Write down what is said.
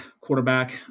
quarterback